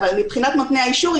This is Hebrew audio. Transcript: אבל מבחינת נותני האישור,